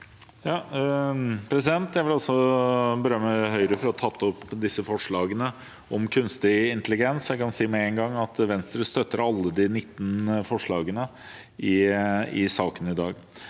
Også jeg vil berømme Høyre for å ha tatt opp disse forslagene om kunstig in telligens. Jeg kan si med en gang at Venstre støtter alle de 19 forslagene i saken i dag.